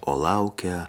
o laukia